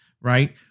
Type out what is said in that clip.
Right